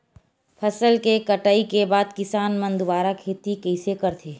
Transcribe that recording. फसल के कटाई के बाद किसान मन दुबारा खेती कइसे करथे?